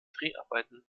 dreharbeiten